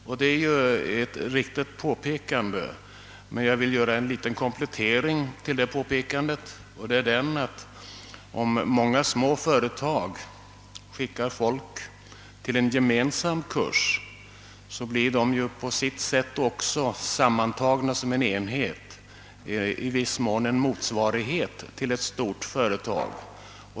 Detta är ju ett riktigt påpekande men jag vill göra den lilla kompletteringen, att om många små företag skickar personer till en gemensam kurs kommer företagen sammantagna till en enhet i viss mån att motsvara ett stort företag.